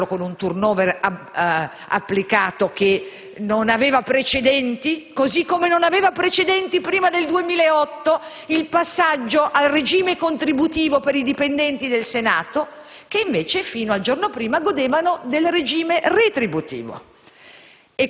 del blocco del *turnover* che non aveva precedenti (così come non aveva precedenti, prima del 2008, il passaggio al regime contributivo per i dipendenti del Senato, che invece fino al giorno prima godevano del regime retributivo: